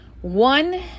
One